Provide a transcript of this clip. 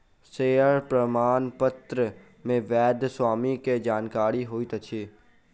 share प्रमाणपत्र मे वैध स्वामी के जानकारी होइत अछि